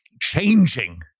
changing